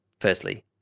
firstly